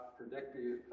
predictive